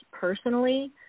personally